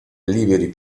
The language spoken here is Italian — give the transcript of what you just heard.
liberi